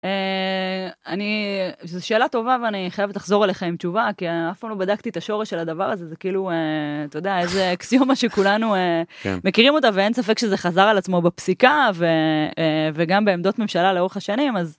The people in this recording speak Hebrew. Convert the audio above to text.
אני... זה שאלה טובה ואני חייבת לחזור אליך עם תשובה כי אף פעם לא בדקתי את השורש של הדבר הזה זה כאילו אתה יודע איזה אקסיומה שכולנו מכירים אותה ואין ספק שזה חזר על עצמו בפסיקה וגם בעמדות ממשלה לאורך השנים אז.